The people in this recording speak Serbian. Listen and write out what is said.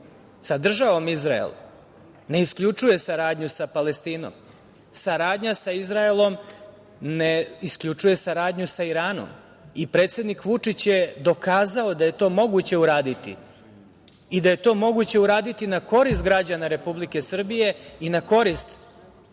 sa državom Izrael ne isključuje saradnju sa Palestinom. Saradnja sa Izraelom ne isključuje saradnju sa Iranom. Predsednik Vučić je dokazao da je to moguće uraditi i da je to moguće uraditi na korist građana Republike Srbije i na korist